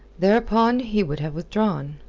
thereupon he would have withdrawn.